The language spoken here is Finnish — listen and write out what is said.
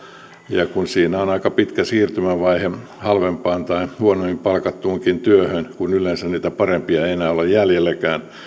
ja siinä on aika pitkä siirtymävaihe halvempaan tai huonommin palkattuunkin työhön kun yleensä niitä parempia ei enää ole jäljelläkään